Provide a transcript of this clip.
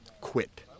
Quit